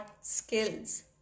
skills